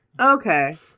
Okay